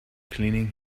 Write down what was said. cleaning